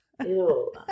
Ew